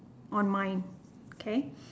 on mine okay